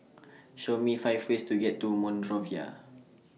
Show Me five ways to get to Monrovia